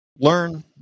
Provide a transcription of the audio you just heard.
Learn